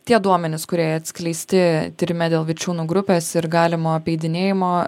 tie duomenys kurie atskleisti tyrime dėl vičiūnų grupės ir galimo apeidinėjimo